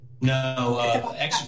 No